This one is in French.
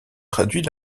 traduit